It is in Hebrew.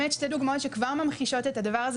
שתי דוגמאות שכבר ממחישות את הדבר הזה